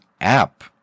app